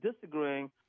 disagreeing